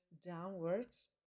downwards